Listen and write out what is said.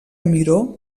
miró